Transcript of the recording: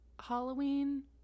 Halloween